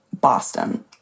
Boston